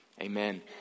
Amen